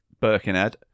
Birkenhead